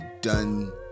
done